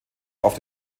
auf